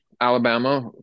Alabama